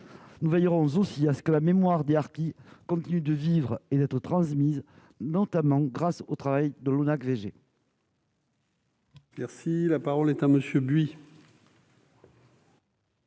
Nous veillerons aussi à ce que la mémoire des harkis continue de vivre et d'être transmise, notamment grâce au travail de l'ONACVG.